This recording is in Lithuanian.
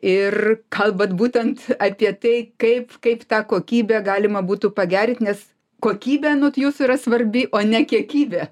ir kalbat būtent apie tai kaip kaip tą kokybę galima būtų pagerint nes kokybė anot jūsų yra svarbi o ne kiekybė